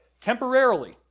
Temporarily